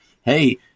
hey